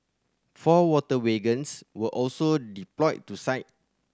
four water wagons were also deployed to site